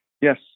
Yes